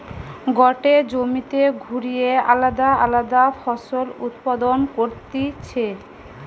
গটে জমিতে ঘুরিয়ে আলদা আলদা ফসল উৎপাদন করতিছে